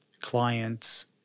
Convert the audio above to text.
clients